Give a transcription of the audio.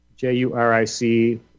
J-U-R-I-C